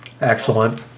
Excellent